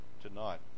tonight